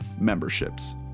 memberships